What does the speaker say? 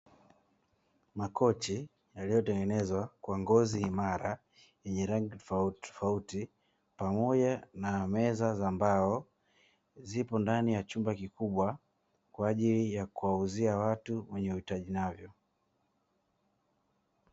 Makochi yaliyotengenezwa kwa ngozi imara yenye rangi tofauti tofauti, pamoja na meza za mbao zipo katika chumba kikubwa kwa ajili ya kuwauzia watu wenye uhitaji navyo.